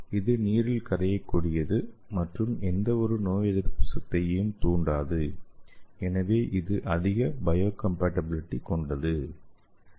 இது நீரில் கரையக்கூடியது மற்றும் எந்தவொரு நோயெதிர்ப்பு சக்தியையும் தூண்டாது எனவே இது அதிக பயோகம்பாட்டிபிலிட்டி கொண்டது